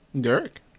Derek